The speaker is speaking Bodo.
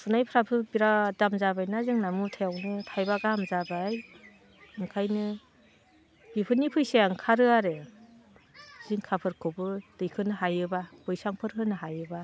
फुनायफ्राबो बिराद दाम जाबायना जोंना मुथायावनो थाइबा गाहाम जाबाय ओंखायनो बेफोरनि फैसाया ओंखारो आरो जिंखाफोरखौबो दैखांनो हायोबा बैसांफोर होनो हायोबा